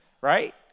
right